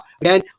again